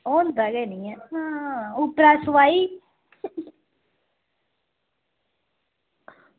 होंदा गै निं ऐ हां उप्परां सोआई